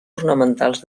ornamentals